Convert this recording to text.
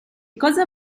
cosa